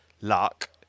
luck